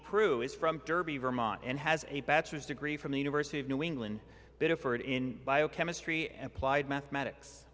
from derby vermont and has a bachelor's degree from the university of new england better for it in biochemistry and plied mathematics